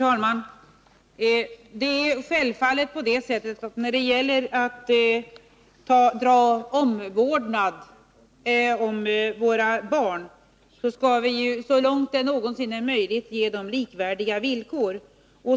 Fru talman! När det gäller omvårdnaden om barnen skall vi självfallet så långt det någonsin är möjligt ge dessa likvärdiga villkor.